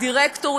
בדיונים